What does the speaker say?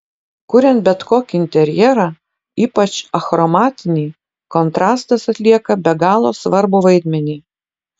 kuriant bet kokį interjerą ypač achromatinį kontrastas atlieka be galo svarbų vaidmenį